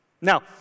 Now